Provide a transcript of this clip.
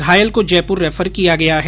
घायल को जयपुर रेफर किया गया है